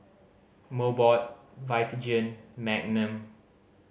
Mobot Vitagen Magnum